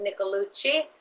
Nicolucci